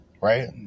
Right